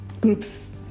groups